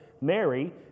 Mary